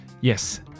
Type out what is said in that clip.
Yes